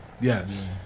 Yes